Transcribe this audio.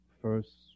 first